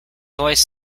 voice